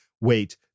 wait